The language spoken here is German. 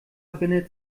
bindet